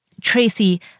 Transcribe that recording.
Tracy